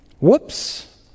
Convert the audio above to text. Whoops